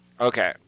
Okay